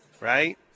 right